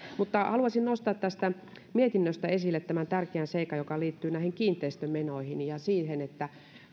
haluaisin nostaa tästä mietinnöstä esille tämän tärkeän seikan joka liittyy näihin kiinteistömenoihin ja siihen